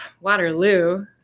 Waterloo